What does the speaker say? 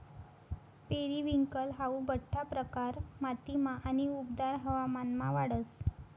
periwinkle हाऊ बठ्ठा प्रकार मातीमा आणि उबदार हवामानमा वाढस